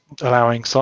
allowing